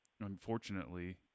Unfortunately